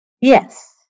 Yes